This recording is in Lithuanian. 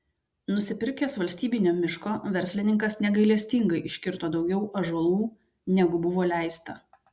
nusipirkęs valstybinio miško verslininkas negailestingai iškirto daugiau ąžuolų negu buvo leista